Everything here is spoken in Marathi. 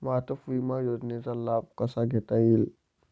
वाहतूक विमा योजनेचा लाभ कसा घेता येईल?